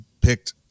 Picked